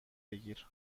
بگیر